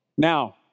Now